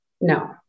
no